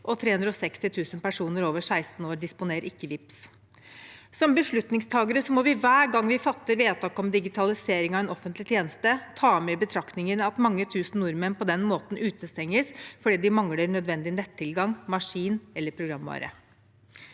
360 000 personer over 16 år disponerer ikke Vipps. Som beslutningstakere må vi hver gang vi fatter vedtak om digitalisering av en offentlig tjeneste, ta med i betraktningen at mange tusen nordmenn på den måten utestenges, fordi de mangler nødvendig nettilgang, maskin- eller programvare.